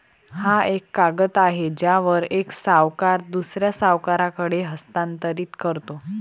हा एक कागद आहे ज्यावर एक सावकार दुसऱ्या सावकाराकडे हस्तांतरित करतो